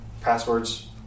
passwords